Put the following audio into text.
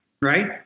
right